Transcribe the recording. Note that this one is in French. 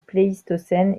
pléistocène